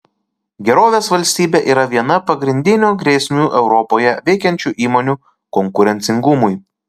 gerovės valstybė yra viena pagrindinių grėsmių europoje veikiančių įmonių konkurencingumui